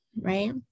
right